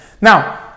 now